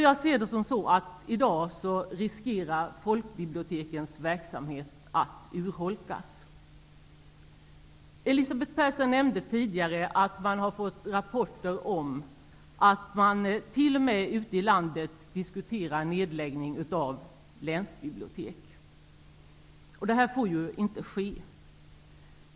Jag ser det som att folkbibliotekens verksamhet i dag riskerar att urholkas. Elisabeth Persson nämnde tidigare att man har fått rapporter om att det t.o.m. ute i landet diskuteras nedläggning av länsbibliotek. Det får inte ske.